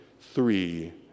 three